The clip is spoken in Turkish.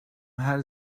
her